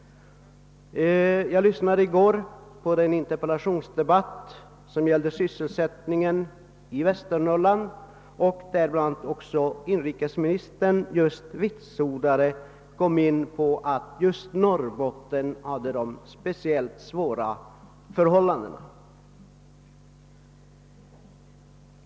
Jag lyssnade i går på den interpellationsdebatt som gällde sysselsättningen i Västernorrland, varvid inrikesministern framhöll att just Norrbotten hade de svåraste förhållandena.